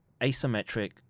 asymmetric